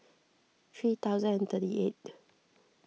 three thousand and thirty eighth